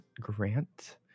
grant